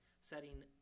setting